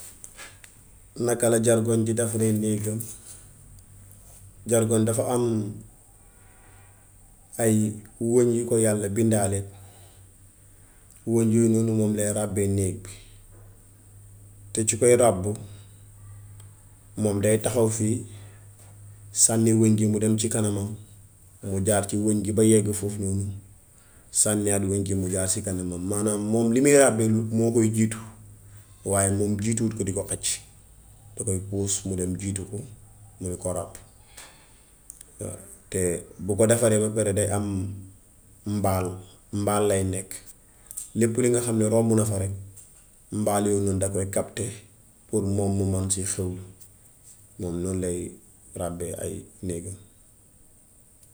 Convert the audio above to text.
Naka la jargoñ di defaree néegam. Jargoñ dafa am ay wëñ yu ko yàlla bindaale. Wëñ yooyu moom lay ràbbee néeg bi, te cu koy ràbb, moom day taxaw fii sànni wëñ gi mu dem ci kanamam, mu jaar ci wëñ gi ba yegg foofu noonu, sànnihaat wëñ gi mu jaar ci kanamam maanaam moom li muy ràbbee moo koy jiitu waaye moom jiituwut ko di ko xëcc, da koy puus mu dem jiitu ko, mu de ko ràbb. Te bu ko deferee ba pare day ham mbaal mbaal lay nekk, lépp li nga xam ne romb na fa rekk mbaal yooy noonu da koy capter pour moom mu mën see xewlu. Moom noon lay ràbbee ay néegam.